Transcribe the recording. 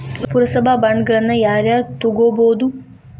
ಪುರಸಭಾ ಬಾಂಡ್ಗಳನ್ನ ಯಾರ ಯಾರ ತುಗೊಬೊದು?